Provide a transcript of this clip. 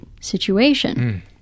situation